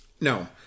no